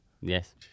Yes